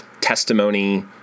testimony